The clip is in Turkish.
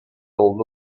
oldu